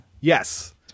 Yes